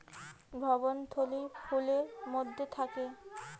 ভ্রূণথলি ফুলের মধ্যে থাকে